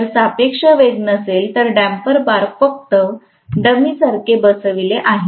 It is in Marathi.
तर सापेक्ष वेग नसेल तर डम्पर बार फक्त डमीसारखे बसवले आहेत